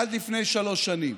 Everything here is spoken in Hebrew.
עד לפני שלוש שנים.